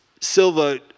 Silva